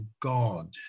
God